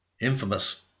Infamous